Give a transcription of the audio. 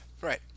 right